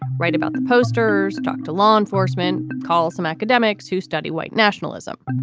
right. about the posters talked to law enforcement. call some academics who study white nationalism.